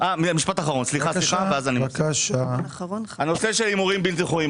משפט אחרון בנושא הימורים בלתי חוקיים,